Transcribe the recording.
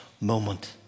moment